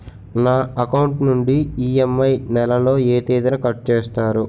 నా అకౌంట్ నుండి ఇ.ఎం.ఐ నెల లో ఏ తేదీన కట్ చేస్తారు?